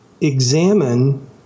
examine